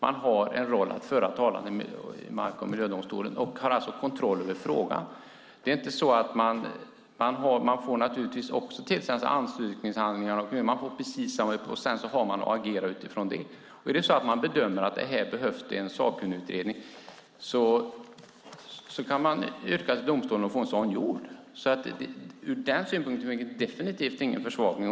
Man har en roll att föra talan i mark och miljödomstolen och har alltså kontroll över frågan. Man får naturligtvis också tillsänt sig anslutningshandlingar och har sedan att agera utifrån dessa. Är det så att man bedömer att det behövs en sakkunnigutredning kan man yrka hos domstolen på att få en sådan gjord, så ur den synpunkten är det definitivt ingen försvagning.